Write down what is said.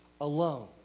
alone